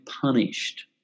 punished